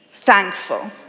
thankful